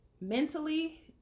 mentally